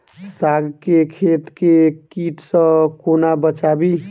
साग केँ खेत केँ कीट सऽ कोना बचाबी?